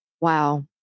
Wow